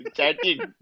Chatting